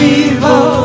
evil